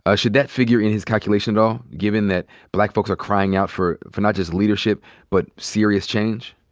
ah should that figure in his calculation at all, given that black folks are crying out for for not just leadership but serious change?